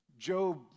Job